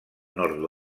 nord